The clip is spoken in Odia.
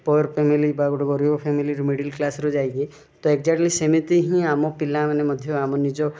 ପୋର୍ ଫ୍ୟାମିଲି ବା ଗୋଟେ ଗରିବ ଫ୍ୟାମିଲିରୁ ମିଡ଼ିଲ୍ କ୍ଲାସ୍ରୁ ଯାଇକି ତ ଏଗ୍ଜାଟଲୀ ସେମିତି ହିଁ ଆମ ପିଲାମାନେ ମଧ୍ୟ ଆମ ନିଜ